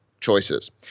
choices